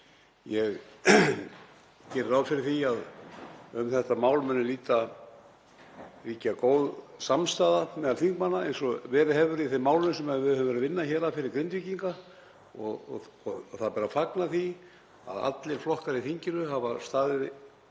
Ég geri ráð fyrir því að um þetta mál muni ríkja góð samstaða meðal þingmanna eins og verið hefur í þeim málum sem við höfum verið vinna hér að fyrir Grindvíkinga. Það ber að fagna því að allir flokkar í þinginu hafa staðið